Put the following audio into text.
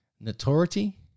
notoriety